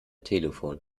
telefon